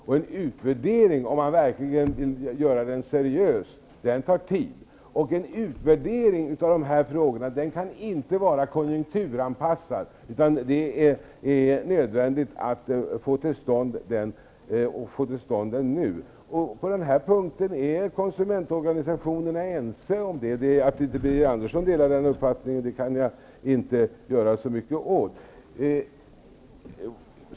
Och en utvärdering tar tid, om man vill göra den seriöst. En utvärdering när det gäller dessa frågor kan inte vara konjunkturanpassad, utan det är nödvändigt att få den till stånd nu. På den här punkten är konsumentorganisationerna ense. Att inte Birger Andersson delar den uppfattningen kan jag inte göra så mycket åt.